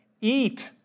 Eat